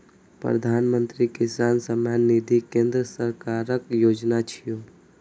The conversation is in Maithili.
प्रधानमंत्री किसान सम्मान निधि केंद्र सरकारक योजना छियै